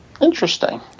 Interesting